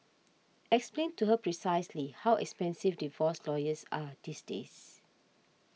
explain to her precisely how expensive divorce lawyers are these days